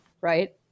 right